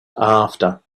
after